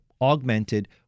augmented